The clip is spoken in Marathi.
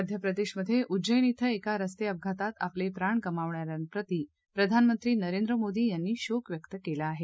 मध्य प्रदेशमध्ये उज्ज ॐ एका रस्ते अपघातात आपले प्राण गमावणाऱ्यांप्रती प्रधानमंत्री नरेंद्र मोदी यांनी शोक व्यक्त केला आहे